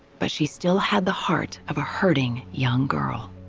but she still had the heart of a hurting young girl.